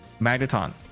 Magneton